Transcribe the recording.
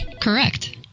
Correct